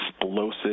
explosive